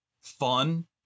fun